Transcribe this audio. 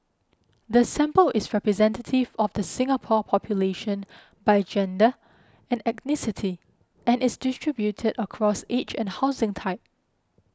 the sample is representative of the Singapore population by gender and and is distributed across age and housing type